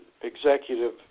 executive